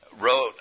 wrote